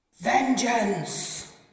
vengeance